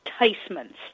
enticements